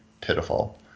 pitiful